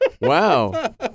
Wow